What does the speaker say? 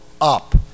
up